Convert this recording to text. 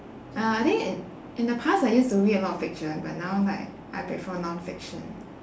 uh I think in in the past I used to read a lot of fiction but now like I prefer non-fiction